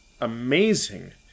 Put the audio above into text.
amazing